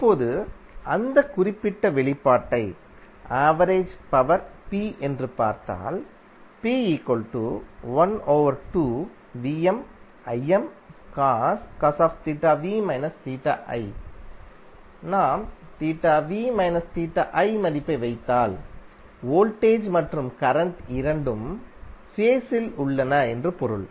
இப்போது அந்த குறிப்பிட்ட வெளிப்பாட்டை ஆவரேஜ் பவர் P என்று பார்த்தால் நாம் மதிப்பை வைத்தால்வோல்டேஜ் மற்றும் கரண்ட் இரண்டும் ஃபேஸில் உள்ளன என்று பொருள்